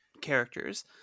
characters